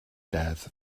deddf